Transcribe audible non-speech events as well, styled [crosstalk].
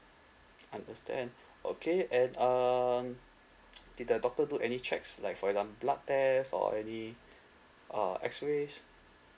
understand [breath] okay and um did the doctor do any checks like for example blood test or any [breath] uh X-rays